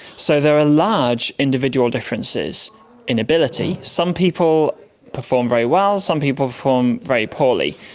so there are large individual differences in ability. some people perform very well, some people perform very poorly,